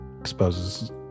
exposes